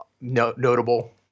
notable